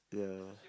ya